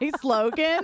slogan